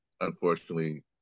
unfortunately